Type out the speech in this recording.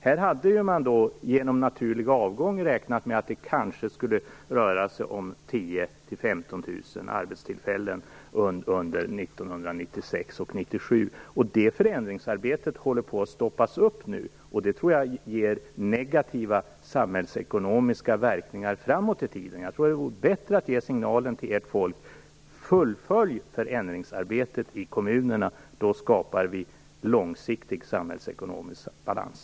Man hade genom naturlig avgång räknat med att det kanske skulle röra sig om 10 000-15 000 arbetstillfällen under 1996 och 1997, och det förändringsarbetet håller på att stoppas upp nu. Det tror jag ger negativa samhällsekonomiska verkningar framåt i tiden. Jag tror att det vore bättre att ge en annan signal till ert folk: Fullfölj förändringsarbetet i kommunerna! Då skapar vi långsiktig samhällsekonomisk balans.